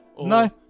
No